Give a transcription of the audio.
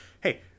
hey